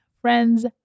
friends